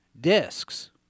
discs